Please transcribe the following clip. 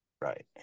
Right